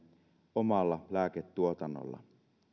omalla lääketuotannolla